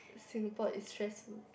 Singapore is stressful